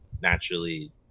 naturally